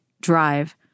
drive